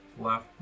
left